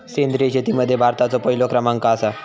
सेंद्रिय शेतीमध्ये भारताचो पहिलो क्रमांक आसा